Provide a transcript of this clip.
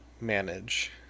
manage